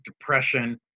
depression